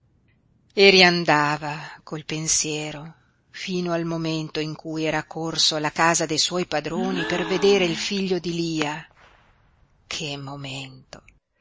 e riandava col pensiero fino al momento in cui era corso alla casa dei suoi padroni per vedere il figlio di lia che momento